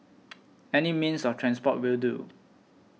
any means of transport will do